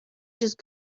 just